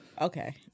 Okay